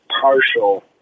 partial